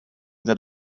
that